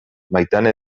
maitane